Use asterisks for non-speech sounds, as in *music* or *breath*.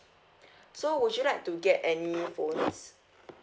*breath* so would you like to get any phones